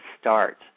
start